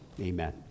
Amen